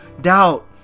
doubt